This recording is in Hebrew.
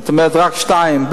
זאת אומרת רק שתיים,